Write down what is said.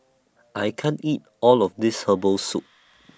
I can't eat All of This Herbal Soup